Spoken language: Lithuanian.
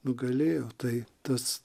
nugalėjo tai tas